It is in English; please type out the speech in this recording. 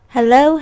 Hello